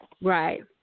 right